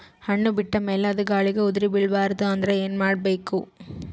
ಹಣ್ಣು ಬಿಟ್ಟ ಮೇಲೆ ಅದ ಗಾಳಿಗ ಉದರಿಬೀಳಬಾರದು ಅಂದ್ರ ಏನ ಮಾಡಬೇಕು?